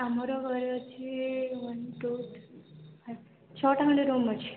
ଆମର ଘରେ ଅଛି ୱାନ୍ ଟୁ ଫାଇଭ୍ ଛଅଟା ଖଣ୍ଡେ ରୁମ୍ ଅଛି